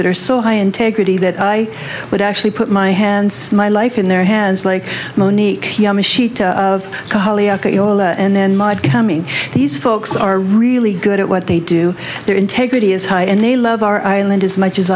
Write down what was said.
that are so high integrity that i would actually put my hand my life in their hands like monique of you all and then my becoming these folks are really good at what they do their integrity is high and they love our island as much as